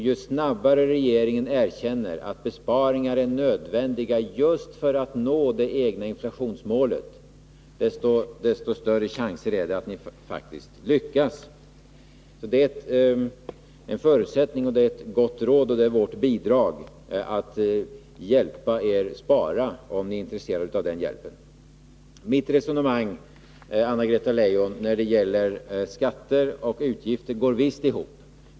Ju snarare regeringen erkänner att besparingar är nödvändiga just för att nå det egna inflationsmålet, desto större chanser är det att ni faktiskt lyckas. Det är en förutsättning, och vi vill ge det som ett gott råd — vårt bidrag i detta arbete — om ni är intresserade av den hjälpen. Mitt resonemang, Anna-Greta Leijon, när det gäller skatter och utgifter går visst ihop!